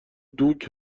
دوگ